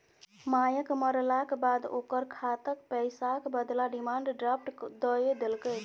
मायक मरलाक बाद ओकर खातक पैसाक बदला डिमांड ड्राफट दए देलकै